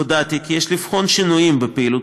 הודעתי כי יש לבחון שינויים בפעילות